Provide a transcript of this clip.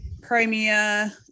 Crimea